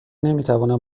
نمیتوانم